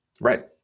Right